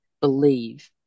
believe